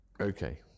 Okay